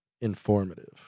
informative